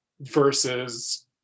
versus